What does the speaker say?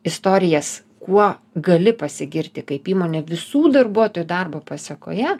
istorijas kuo gali pasigirti kaip įmonė visų darbuotojų darbo pasekoje